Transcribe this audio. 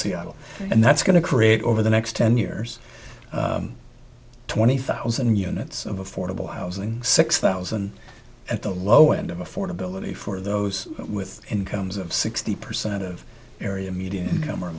seattle and that's going to create over the next ten years twenty thousand you it's of affordable housing six thousand at the low end of affordability for those with incomes of sixty percent of area median income or